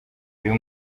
uyu